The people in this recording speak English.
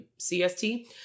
CST